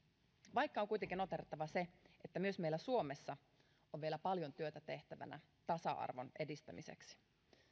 vaikka on kuitenkin noteerattava se että myös meillä suomessa on vielä paljon työtä tehtävänä tasa arvon edistämiseksi